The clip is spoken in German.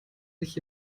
sich